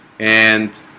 and